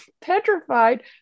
petrified